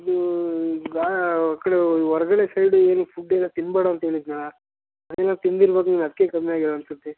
ಇದು ಬಾ ಆ ಕಡೆ ಹೊರ್ಗಡೆ ಸೈಡೂ ಏನು ಫುಡ್ ಎಲ್ಲ ತಿನ್ಬೇಡ ಅಂತ ಹೇಳಿದ್ನಲ ಅದೆಲ್ಲ ತಿಂದಿರ್ಬೋದು ನೀನು ಅದಕ್ಕೆ ಕಮ್ಮಿ ಆಗಿಲ್ಲ ಅನ್ಸುತ್ತೆ